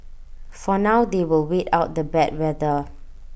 for now they will wait out the bad weather